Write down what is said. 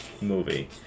movie